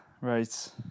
Right